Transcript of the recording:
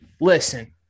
listen